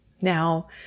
Now